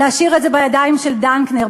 להשאיר את זה בידיים של דנקנר.